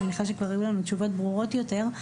מניחה שכבר היו לנו תשובות ברורות יותר.